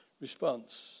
response